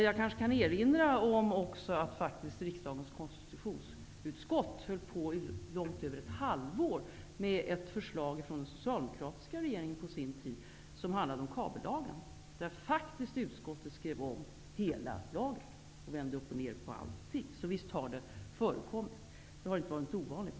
Jag kanske kan erinra om att riksdagens konstitutionsutskott faktiskt höll på långt över ett halvår med ett förslag från den socialdemokratiska regeringen på sin tid som handlade om kabellagen. Utskottet skrev faktiskt om hela lagen, vände upp och ner på allting. Så visst har det förekommit sådant, det har inte varit ovanligt.